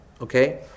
Okay